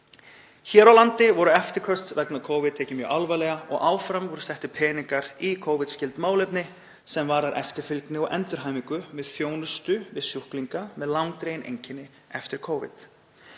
Hér á landi voru eftirköst vegna Covid tekin mjög alvarlega og áfram voru settir peningar í Covid skyld málefni sem varða eftirfylgni og endurhæfingu, þjónustu við sjúklinga með langdregin einkenni eftir Covid.